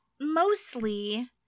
mostly